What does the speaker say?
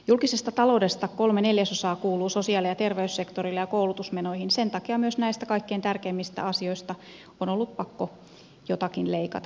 julkisesta taloudesta kolme neljäsosaa kuuluu sosiaali ja terveyssektorille ja koulutusmenoihin ja sen takia myös näistä kaikkein tärkeimmistä asioista on ollut pakko jotakin leikata